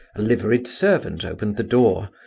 a liveried servant opened the door,